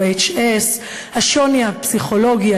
כמו HS. השוני הפסיכולוגי,